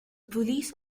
police